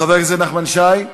חבר הכנסת נחמן שי,